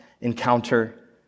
encounter